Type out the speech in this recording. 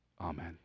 Amen